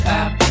app